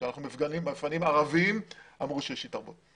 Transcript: כשאנחנו מפנים ערבים אמרו שיש התערבות.